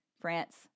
France